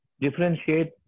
differentiate